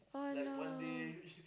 oh no